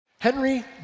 Henry